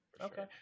Okay